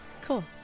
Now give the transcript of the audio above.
cool